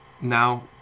now